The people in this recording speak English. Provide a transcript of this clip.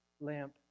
lamp